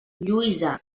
lluïsa